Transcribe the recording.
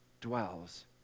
dwells